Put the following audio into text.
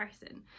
person